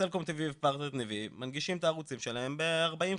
סלקום TV ופרטנר TV מנגישים את הערוצים שלהם בארבעים,